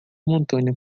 montanha